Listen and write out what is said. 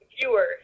viewers